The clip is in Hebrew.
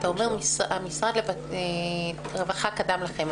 אתה אומר שמשרד הרווחה קדם לכם,